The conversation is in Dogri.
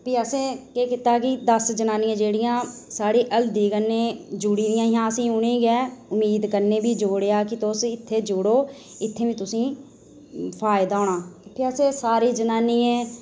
ते प्ही असें केह् कीता दस्स जनानियां जेह्ड़ियां साढ़ी हल्दी कन्नै जुड़ी दियां हियां असें उनेंगी गै उम्मीद कन्नै जोड़ेआ कि तुस इत्थें जुड़ो इत्तें बी तुसेंगी फायदा थ्होना इत्थै असें सारें जनानियें